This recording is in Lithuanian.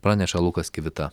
praneša lukas kvita